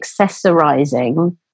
accessorizing